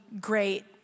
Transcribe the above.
great